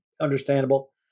understandable